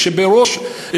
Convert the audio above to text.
כשבראש,